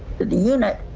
the the unit.